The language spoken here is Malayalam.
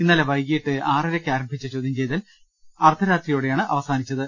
ഇന്നലെ വൈകിട്ട് ആറരയ്ക്കാരംഭിച്ച ചോദ്യം ചെയ്യൽ അർദ്ധരാത്രിയോടെയാണ് അവസാനിച്ചത്